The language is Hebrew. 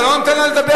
אתה לא נותן לו לדבר.